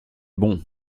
bons